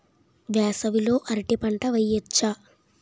వేసవి లో అరటి పంట వెయ్యొచ్చా?